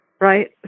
Right